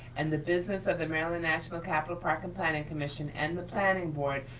and the business of the maryland-national capital park and planning commission and the planning board,